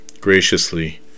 graciously